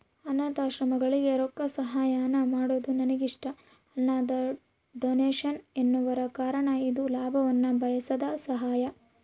ಅನಾಥಾಶ್ರಮಗಳಿಗೆ ರೊಕ್ಕಸಹಾಯಾನ ಮಾಡೊದು ನನಗಿಷ್ಟ, ಅದನ್ನ ಡೊನೇಷನ್ ಎನ್ನುವರು ಕಾರಣ ಇದು ಲಾಭವನ್ನ ಬಯಸದ ಸಹಾಯ